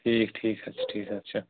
ٹھیٖک ٹھیٖک حظ ٹھیٖک حظ اچھا